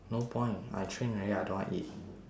no point I train already I don't want eat